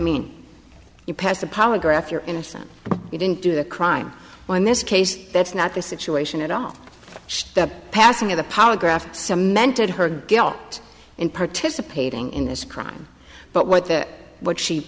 mean you passed the polygraph you're innocent you didn't do the crime when this case that's not the situation at all the passing of the polygraph cemented her guilt in participating in this crime but what that what she